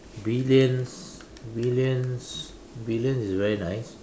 billion billions billions is very nice